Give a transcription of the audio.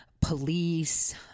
police